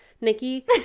Nikki